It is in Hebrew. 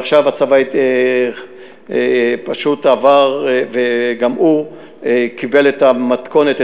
ועכשיו הצבא פשוט עבר וגם הוא קיבל את המתכונת,